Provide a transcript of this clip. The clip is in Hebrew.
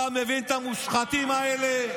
אתה מבין את המושחתים האלה?